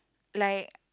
like